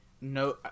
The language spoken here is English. no